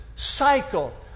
cycle